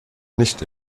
nicht